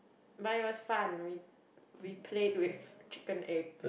but it was fun we we play with chicken egg